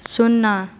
शुन्ना